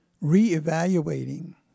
re-evaluating